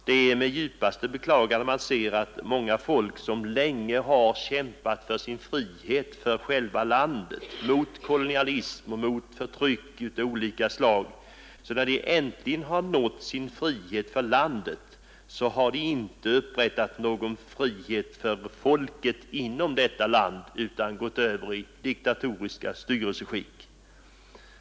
Det är med djupaste beklagande man ser att många folk, som länge har kämpat mot kolonialism och förtryck av olika slag för sitt lands frihet, när de äntligen har nått frihet för landet inte har upprättat någon frihet för folket inom detta land utan gått över till diktatoriska styrelseskick.